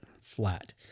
flat